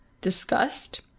discussed